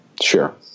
Sure